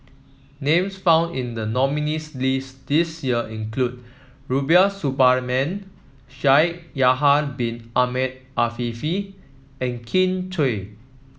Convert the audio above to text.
names found in the nominees' list this year include Rubiah Suparman Shaikh Yahya Bin Ahmed Afifi and Kin Chui